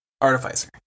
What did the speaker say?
Artificer